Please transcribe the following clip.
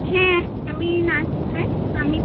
হ্যাঁ আমি নাচ শেখাই আমি